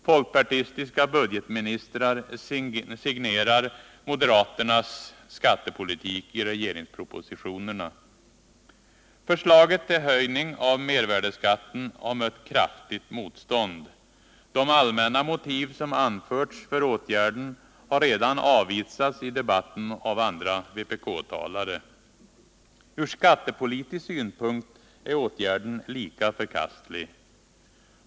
Folkpartistiska budgetministrar signerar moderaternas skattepolitik i regeringspropositionerna. Förslaget till höjning av mervärdeskatten har mött kraftigt motstånd. De allmänna motiv som anförts för åtgärden har redan avvisats av andra vpk-talare i debatten. Från skattepolitisk synpunkt är åtgärden lika förkastlig.